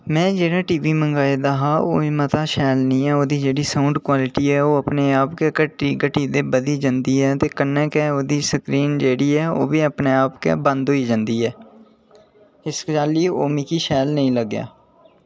में जेह्ड़ा T V मंगाए दा हा ओह् मता शैल निं ऐ ओह्दी जेह्ड़ी साऊंड क्वालिटी ऐ ओह् अपने आप गै घटी घटदी ते बधी जंदी ऐ ते कन्नै गै ओह्दी स्क्रीन जेह्ड़ी ऐ ओह्बी अपने आप गै बंद होई जंदी ऐ इस करियै ओह् मिगी शैल नेईं लग्गेआ